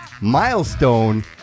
milestone